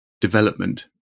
development